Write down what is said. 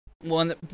one